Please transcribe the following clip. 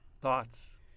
Thoughts